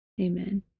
amen